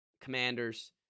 Commanders